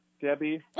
Debbie